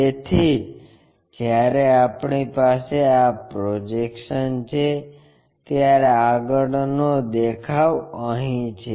તેથી જ્યારે આપણી પાસે આ પ્રોજેક્શન છે ત્યારે આગળનો દેખાવ અહીં છે